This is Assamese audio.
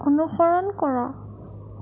অনুসৰণ কৰা